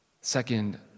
Second